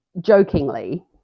jokingly